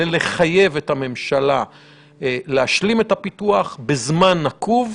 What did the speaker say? אלא לחייב את הממשלה להשלים את הפיתוח בזמן נקוב,